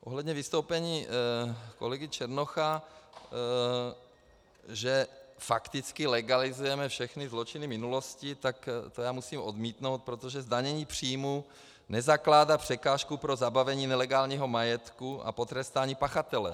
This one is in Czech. Ohledně vystoupení kolegy Černocha, že fakticky legalizujeme všechny zločiny minulosti, tak to musím odmítnout, protože zdanění příjmů nezakládá překážku pro zabavení nelegálního majetku a potrestání pachatele.